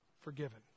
forgiven